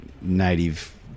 native